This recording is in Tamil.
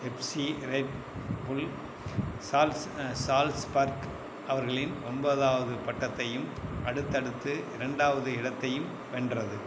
FC Red Bull Salz Salzburg அவர்களின் ஒந்போதாவது பட்டத்தையும் அடுத்தடுத்து ரெண்டாவது இடத்தையும் வென்றது